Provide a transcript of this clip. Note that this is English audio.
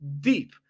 deep